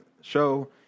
show